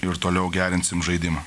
ir toliau gerinsim žaidimą